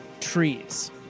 trees